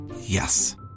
Yes